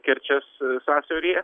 kerčės sąsiauryje